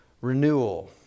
renewal